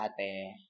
Ate